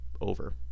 over